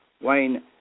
Wayne